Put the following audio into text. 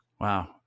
Wow